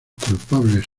culpables